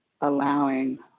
allowing